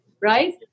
right